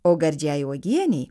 o gardžiai uogienei